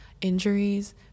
injuries